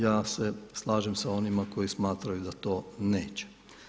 Ja se slažem sa onima koji smatraju da to neće.